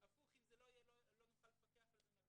אם זה לא יהיה לא נוכל לפקח על זה.